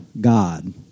God